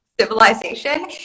civilization